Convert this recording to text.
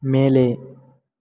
மேலே